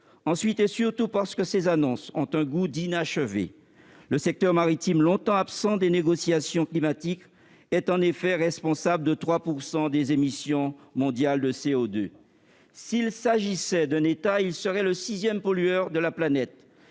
ensuite, et surtout, parce que ces annonces ont un goût d'inachevé. Le secteur maritime, longtemps absent des négociations climatiques, est en effet responsable de 3 % des émissions mondiales de CO2. S'il s'agissait d'un État, il serait le sixième pollueur de la planète,